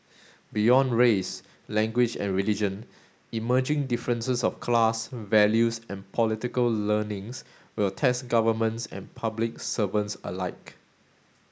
beyond race language and religion emerging differences of class values and political learnings will test governments and public servants alike